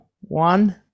one